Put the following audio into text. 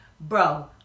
bro